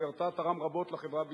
שבמסגרתה תרם רבות לחברה בישראל.